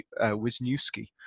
Wisniewski